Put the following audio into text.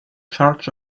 charge